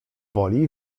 woli